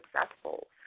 successful